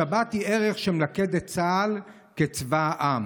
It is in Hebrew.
השבת היא ערך שמלכד את צה"ל כצבא העם.